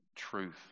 truth